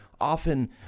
often